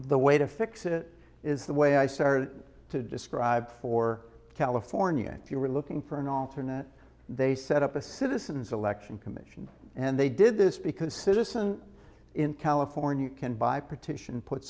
the way to fix it is the way i started to describe for california if you were looking for an alternate they set up a citizens election commission and they did this because citizen in california can buy petition put